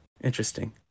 Interesting